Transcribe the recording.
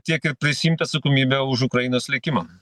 tiek ir prisiimt atsakomybę už ukrainos likimą